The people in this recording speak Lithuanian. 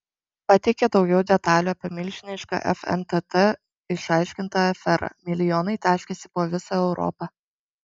pateikė daugiau detalių apie milžinišką fntt išaiškintą aferą milijonai taškėsi po visą europą